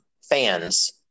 fans